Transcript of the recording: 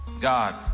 God